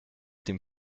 dem